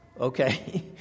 Okay